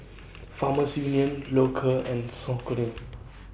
Farmers Union Loacker and Saucony